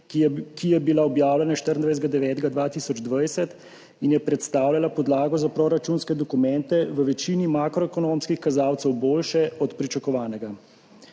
ki je bila objavljena 24. 9. 2020 in je predstavljala podlago za proračunske dokumente, v večini makroekonomskih kazalcev boljše od pričakovanega.